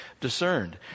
discerned